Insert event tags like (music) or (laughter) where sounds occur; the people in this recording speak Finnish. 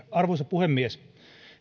(unintelligible) arvoisa puhemies